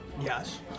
Yes